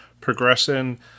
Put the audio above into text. progressing